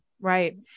Right